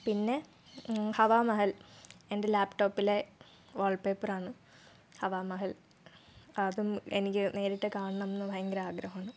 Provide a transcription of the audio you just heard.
പിന്നെ ഹവാ മഹൽ എൻ്റെ ലാപ്ടോപ്പിലെ വാൾപേപ്പർ ആണ് ഹവാ മഹൽ അതും എനിക്ക് നേരിട്ട് കാണണം എന്ന് ഭയങ്കര ആഗ്രഹമാണ്